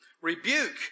rebuke